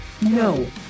No